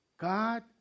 God